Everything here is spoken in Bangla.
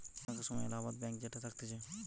এখানকার সময় এলাহাবাদ ব্যাঙ্ক যেটা থাকতিছে